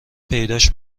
پیداش